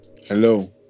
Hello